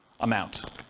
amount